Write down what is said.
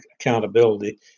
accountability